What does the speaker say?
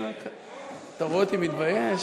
אתה רואה אותי מתבייש?